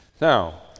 Now